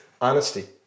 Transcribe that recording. honesty